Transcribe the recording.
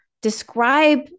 Describe